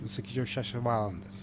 sakyčiau šešias valandas